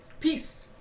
Peace